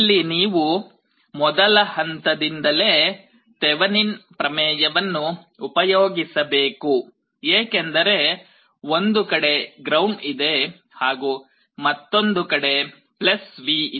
ಇಲ್ಲಿ ನೀವು ಮೊದಲ ಹಂತದಿಂದಲೇ ತೆವೆನಿನ್ ಪ್ರಮೇಯವನ್ನು ಉಪಯೋಗಿಸಬೇಕು ಏಕೆಂದರೆ ಒಂದು ಕಡೆ ಗ್ರೌಂಡ್ ಇದೆ ಹಾಗೂ ಮತ್ತೊಂದು ಕಡೆ V ಇದೆ